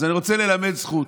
אז אני רוצה ללמד זכות.